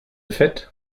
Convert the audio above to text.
fait